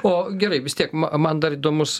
o gerai vis tiek man dar įdomus